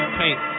paint